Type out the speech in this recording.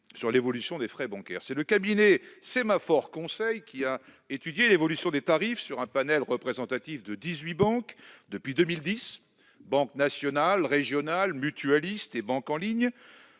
sur l'évolution des frais bancaires. Le cabinet Sémaphore Conseil a étudié l'évolution des tarifs sur un panel représentatif de dix-huit banques depuis 2010- banques nationales, mutualistes, régionales et banques en ligne.